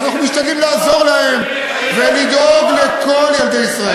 ואנחנו משתדלים לעזור להם ולדאוג לכל ילדי ישראל.